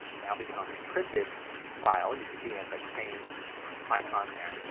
now become an encrypted file. and you can see it has that same icon there.